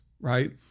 right